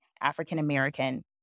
African-American